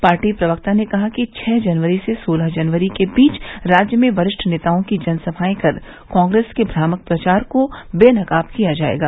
party प्रवक्ता ने कहा कि छह जनवरी से सोलह जनवरी के बीच राज्य में वरिष्ठ नेतओं की जनसभाए कर कांग्रेस के भ्रामक प्रचार को बेनकाब किया जायेगा